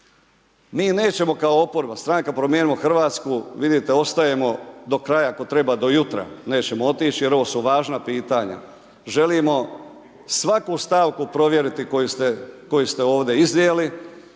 Mi nećemo kao oporba Stranka promijenimo Hrvatsku vidite ostajemo do kraja, ako treba do jutra nećemo otići jer ovo su važna pitanja. Želimo svaku stavku provjeriti koju ste ovdje iznijeli.